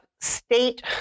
state